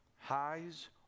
highs